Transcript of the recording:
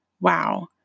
Wow